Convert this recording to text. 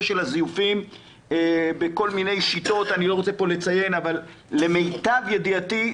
של הזיופים בכל מיני שיטות ואני לא רוצה לציין פה אבל למיטב ידיעתי,